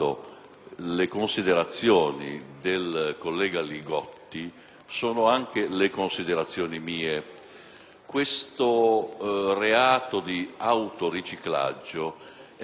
sono anche le mie considerazioni. Il reato di autoriciclaggio è estremamente importante e viene richiesto